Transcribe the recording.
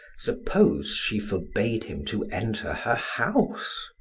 suppose she forbade him to enter her house?